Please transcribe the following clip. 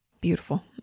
Beautiful